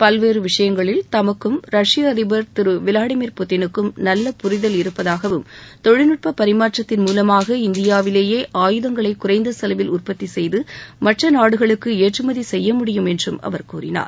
பல்வேறு விஷயங்களில் தமக்கும் ரஷ்ய அதிபர் விளாடிமிர் புட்டினுக்கும் நல்ல புரிதல் இருப்பதாகவும் தொழில்நுட்ப பரிமாற்றத்தின் மூலமாக இந்தியாவிலேயே ஆயுதங்களை குறைந்த செலவில் உற்பத்தி செய்து மற்ற நாடுகளுக்கு ஏற்றுமதி செய்ய முடியும் என்றும் அவர் கூறினார்